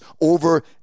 over